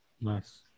Nice